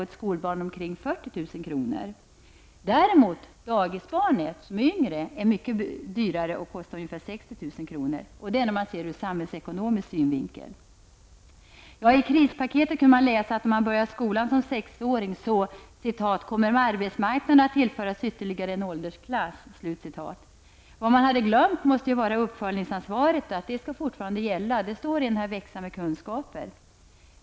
Ett skolbarn kostar ca 40 000 kr. Dagisbarnet däremot, som är yngre, är dyrare och kostar ca 60 000 kr. Detta är om man ser det ur samhällsekonomisk synvinkel. I krispaktetet kunde man läsa att om man börjar skolan som sexåring ''kommer arbetsmarknaden att tillföras ytterligare en åldersklass''. Men man måste ha glömt att uppföljningsansvaret fortfarande skall gälla. Det står i Växa med kunskaper.